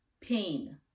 pain